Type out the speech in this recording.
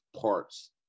parts